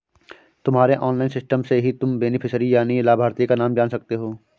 तुम्हारे online system से ही तुम बेनिफिशियरी यानि लाभार्थी का नाम जान सकते हो